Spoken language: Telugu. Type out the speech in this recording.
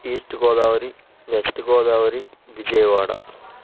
east Godavari west Godavari Vijayawada